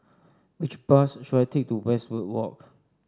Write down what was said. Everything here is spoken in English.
which bus should I take to Westwood Walk